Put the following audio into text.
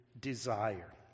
desire